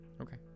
okay